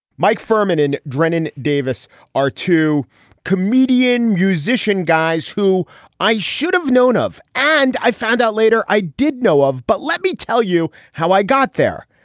mike furhman in drennen davis are two comedian musician guys who i should have known of. and i found out later i did know of. but let me tell you how i got there.